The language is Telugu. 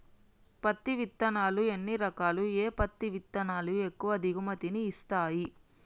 పత్తి విత్తనాలు ఎన్ని రకాలు, ఏ పత్తి విత్తనాలు ఎక్కువ దిగుమతి ని ఇస్తాయి?